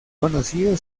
conocido